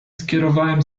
skierowałem